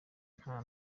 nta